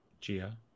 Gia